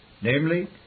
namely